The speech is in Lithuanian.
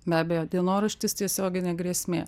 be abejo dienoraštis tiesioginė grėsmė